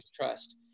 trust